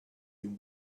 been